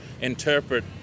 interpret